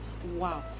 wow